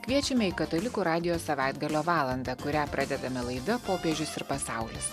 kviečiame į katalikų radijo savaitgalio valandą kurią pradedame laida popiežius ir pasaulis